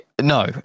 no